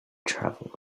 travel